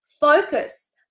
focus